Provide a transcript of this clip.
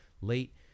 late